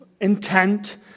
intent